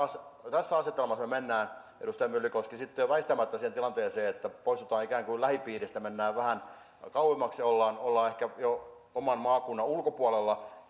tässä asetelmassa mennään edustaja myllykoski sitten jo väistämättä siihen tilanteeseen että poistutaan ikään kuin lähipiiristä mennään vähän kauemmaksi ja ollaan ehkä jo oman maakunnan ulkopuolella